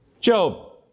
Job